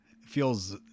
feels